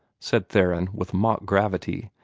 said theron, with mock gravity,